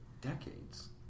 decades